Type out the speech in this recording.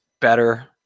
better